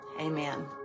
amen